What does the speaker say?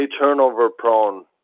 turnover-prone